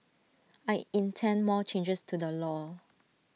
I intend more changes to the law